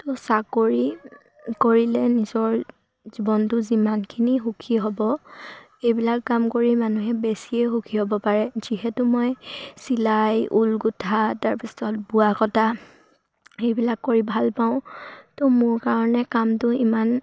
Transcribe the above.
ত' চাকৰি কৰিলে নিজৰ জীৱনটো যিমানখিনি সুখী হ'ব এইবিলাক কাম কৰি মানুহে বেছিয়ে সুখী হ'ব পাৰে যিহেতু মই চিলাই ঊল গুঠা তাৰপিছত বোৱা কটা সেইবিলাক কৰি ভাল পাওঁ ত' মোৰ কাৰণে কামটো ইমান